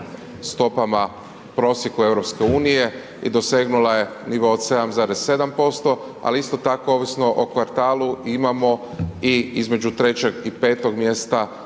stopama prosjeku EU i dosegnula je nivo od 7,7%, ali isto tako ovisno o kvartalu imamo i između 3 i 5 mjesta